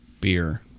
beer